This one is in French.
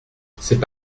c’est